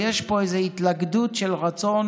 יש פה איזו התלכדות של רצון